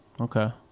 Okay